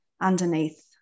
underneath